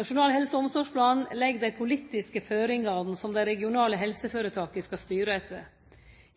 Nasjonal helse- og omsorgsplan legg dei politiske føringane som dei regionale føretaka skal styre etter.